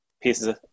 pieces